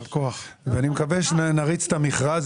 ואני מקווה שנריץ את המכרז,